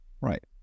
Right